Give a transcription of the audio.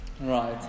Right